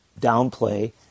downplay